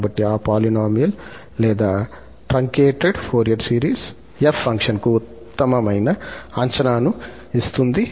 కాబట్టి ఆ పాలినోమిల్ లేదా ట్రాంకేటెడ్ ఫోరియర్ సిరీస్ 𝑓 ఫంక్షన్కు ఉత్తమమైన అంచనాను ఇస్తుంది